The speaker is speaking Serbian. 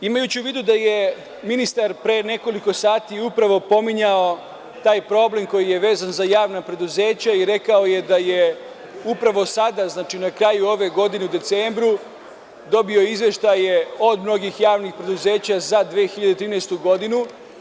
Imajući u vidu da je ministar pre nekoliko sati upravo pominjao taj problem koji je vezan za javna preduzeća i rekao je da je upravo sada na kraju ove godine u decembru dobio izveštaje od mnogih javnih preduzeća za 2013. godinu.